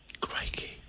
Crikey